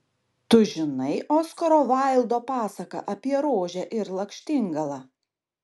tu žinai oskaro vaildo pasaką apie rožę ir lakštingalą